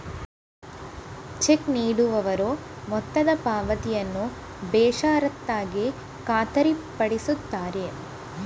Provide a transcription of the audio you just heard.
check ನೀಡುವವರು ಮೊತ್ತದ ಪಾವತಿಯನ್ನು ಬೇಷರತ್ತಾಗಿ ಖಾತರಿಪಡಿಸುತ್ತಾರೆ